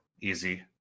Easy